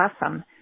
awesome